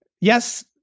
Yes